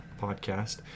podcast